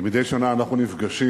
כמדי שנה אנחנו נפגשים